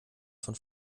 von